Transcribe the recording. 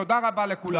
תודה רבה לכולם.